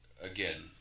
again